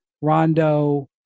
Rondo